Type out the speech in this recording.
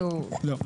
לא.